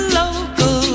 local